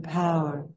power